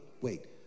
wait